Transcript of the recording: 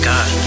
God